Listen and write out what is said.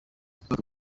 bakaba